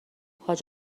حاج